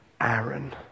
Aaron